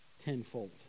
tenfold